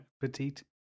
Petite